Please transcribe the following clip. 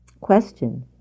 question